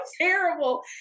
terrible